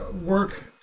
work